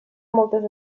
moltes